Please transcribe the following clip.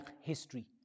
history